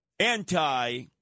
Anti